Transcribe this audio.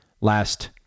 last